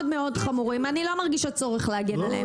אני לא מרגישה צורך להגן עליהם.